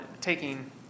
taking